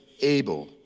able